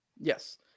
Yes